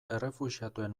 errefuxiatuen